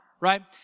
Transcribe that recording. right